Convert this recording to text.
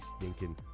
stinking